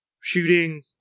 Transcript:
shooting